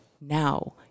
Now